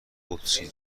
قدسی